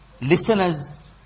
listeners